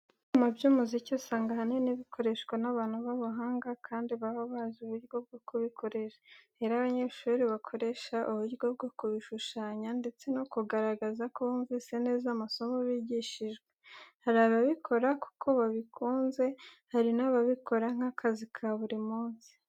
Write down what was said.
Ibyuma by'umuziki usanga ahanini bikoreshwa n'abantu b'abahanga kandi baba bazi uburyo bwo kubikoresha. Rero abanyeshuri bakoresha uburyo bwo kubishushanya ndetse no kugaragaza ko bumvise neza amasomo bigishijwe. Hari ababikora kuko babikunze, hari n'ababikora nk'akazi ka buri munsi.